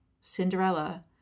Cinderella